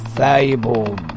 Valuable